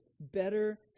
better